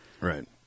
right